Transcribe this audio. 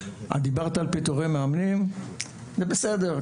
דיברת על פיטורי מאמנים, זה בסדר.